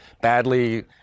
badly